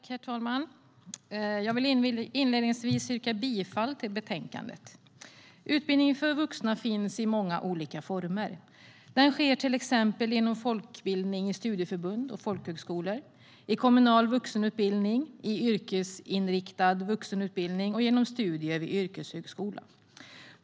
Herr talman! Jag vill inledningsvis yrka bifall till utskottets förslag. Utbildning för vuxna finns i många olika former. Den sker till exempel genom folkbildning i studieförbund och folkhögskolor, i kommunal vuxenutbildning, i yrkesinriktad vuxenutbildning och genom studier vid yrkeshögskola.